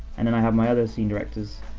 and then i have my other scene directors,